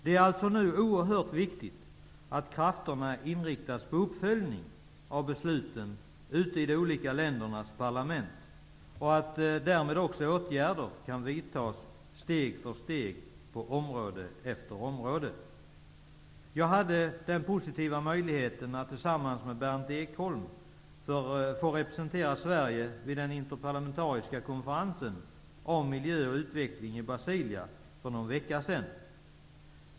Det är alltså oerhört viktigt att krafterna inriktas på uppföljning av besluten ute i de olika ländernas parlament. Därmed kan också åtgärder vidtas steg för steg, på område efter område. Jag hade den positiva möjligheten att tillsammans med Berndt Ekholm få representera Sverige vid den interparlamentariska konferensen om miljö och utveckling i Brasilia för någon vecka sedan.